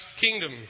kingdom